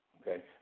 okay